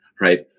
Right